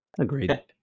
Agreed